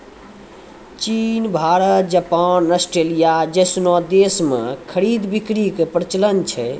चीन Bharat Japan Australia जैसनो देश मे खरीद बिक्री के प्रचलन छै